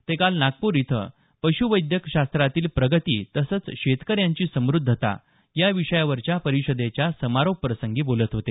ते काल नागपूर इथं पश्वैद्यक शास्त्रातील प्रगती तसंच शेतकऱ्यांची समृध्दता या विषयावरच्या परिषदेच्या समारोप प्रसंगी बोलत होते